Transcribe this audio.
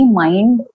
mind